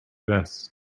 vest